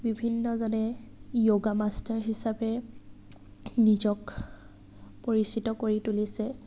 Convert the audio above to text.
বিভিন্নজনে yoga master হিচাপে নিজক পৰিচিত কৰি তুলিছে